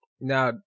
now